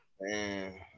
man